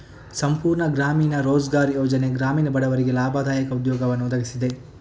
ಸಂಪೂರ್ಣ ಗ್ರಾಮೀಣ ರೋಜ್ಗಾರ್ ಯೋಜನೆ ಗ್ರಾಮೀಣ ಬಡವರಿಗೆ ಲಾಭದಾಯಕ ಉದ್ಯೋಗವನ್ನು ಒದಗಿಸಿದೆ